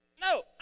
no